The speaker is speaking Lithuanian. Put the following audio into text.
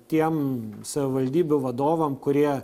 tiem savivaldybių vadovam kurie